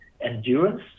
endurance